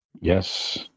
Yes